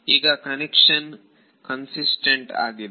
ಈಗ convention consistent ಆಗಿದೆ